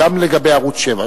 גם לגבי ערוץ-7.